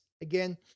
Again